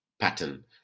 pattern